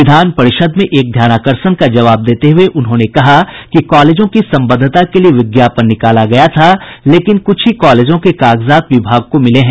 विधान परिषद में एक ध्यानकर्षण का जवाब देते हये उन्होंने कहा कि कॉलेजों की सम्बद्धता के लिए विज्ञापन निकाला गया था लेकिन कुछ ही कॉलेजों के कागजात विभाग को मिले हैं